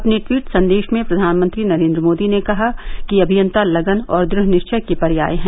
अपने ट्वीट संदेश में प्रधानमंत्री नरेन्द्र मोदी ने कहा कि अभियंता लगन और दृढ़ निश्चय के पर्याय हैं